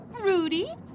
Rudy